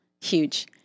huge